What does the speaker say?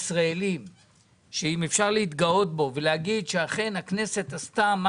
אם יש דבר שאפשר להתגאות בו שהכנסת עשתה,